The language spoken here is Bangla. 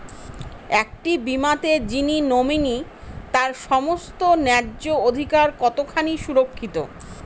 একটি বীমাতে যিনি নমিনি তার সমস্ত ন্যায্য অধিকার কতখানি সুরক্ষিত?